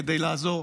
כדי לעזור.